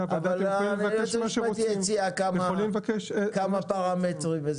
יש כמה פרמטרים.